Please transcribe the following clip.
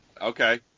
Okay